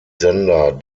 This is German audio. sender